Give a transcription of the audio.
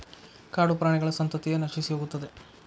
ಕಾಡುಪ್ರಾಣಿಗಳ ಸಂತತಿಯ ನಶಿಸಿಹೋಗುತ್ತದೆ